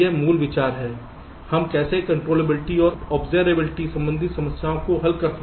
तो यह मूल विचार है कि हम कैसे कंट्रोलेबिलिटी और ऑबजरबेबिलिटी संबंधी समस्याओं को हल कर रहे हैं